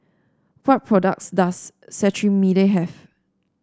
what products does Cetrimide have